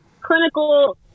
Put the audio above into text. clinical